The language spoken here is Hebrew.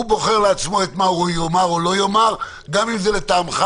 הוא בוחר לעצמו מה הוא יאמר או לא יאמר גם אם זה לטעמך,